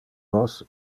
nos